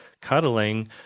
cuddling